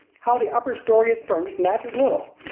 how the upper story is furnished matters little.